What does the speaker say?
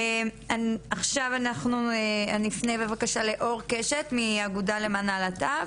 עכשיו אני אפנה בבקשה לאור קשת מהאגודה למען הלהט"ב.